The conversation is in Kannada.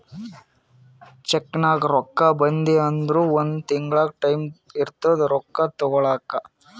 ಚೆಕ್ನಾಗ್ ರೊಕ್ಕಾ ಬರ್ದಿ ಅಂದುರ್ ಒಂದ್ ತಿಂಗುಳ ಟೈಂ ಇರ್ತುದ್ ರೊಕ್ಕಾ ತಗೋಲಾಕ